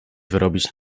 wyrobić